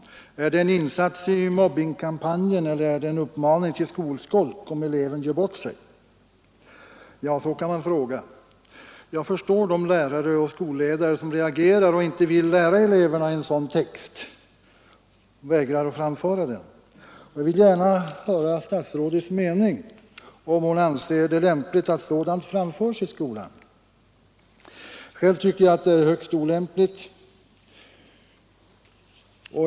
Är det en insats i mobbingkampanjen eller är det en uppmaning till skolskolk, om eleven gör bort sig?” Ja, så kan man fråga! Jag förstår de lärare och skolledare som reagerar och inte vill lära eleverna en sådan text och därför vägrar att framföra den. Jag vill gärna höra statsrådets mening, huruvida hon anser det lämpligt att sådant framförs i skolan. Själv tycker jag att det är högst olämpligt.